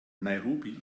nairobi